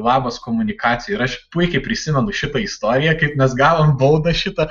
labas komunikacijoj ir aš puikiai prisimenu šitą istoriją kaip mes gavom baudą šitą